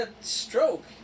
stroke